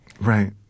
Right